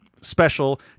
special